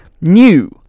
new